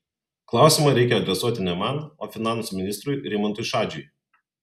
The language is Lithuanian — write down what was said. klausimą reikia adresuoti ne man o finansų ministrui rimantui šadžiui